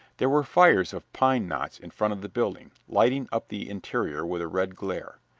there were fires of pine knots in front of the building, lighting up the interior with a red glare.